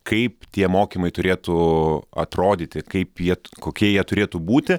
kaip tie mokymai turėtų atrodyti kaip jie kokie jie turėtų būti